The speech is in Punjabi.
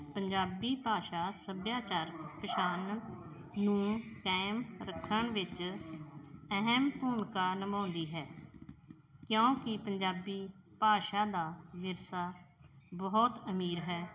ਪੰਜਾਬੀ ਭਾਸ਼ਾ ਸੱਭਿਆਚਾਰ ਪਛਾਣ ਨੂੰ ਕਾਇਮ ਰੱਖਣ ਵਿੱਚ ਅਹਿਮ ਭੂਮਿਕਾ ਨਿਭਾਉਂਦੀ ਹੈ ਕਿਉਂਕਿ ਪੰਜਾਬੀ ਭਾਸ਼ਾ ਦਾ ਵਿਰਸਾ ਬਹੁਤ ਅਮੀਰ ਹੈ